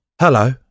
Hello